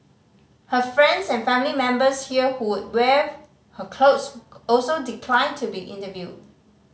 her friends and family members here who wear her clothes also declined to be interviewed